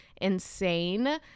insane